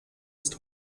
ist